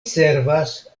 servas